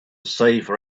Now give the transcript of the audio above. save